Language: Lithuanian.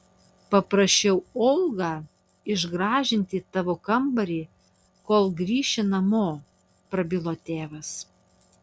paprašiau olgą išgražinti tavo kambarį kol grįši namo prabilo tėvas